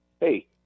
hey